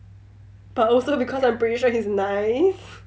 but also because I'm pretty sure he's nice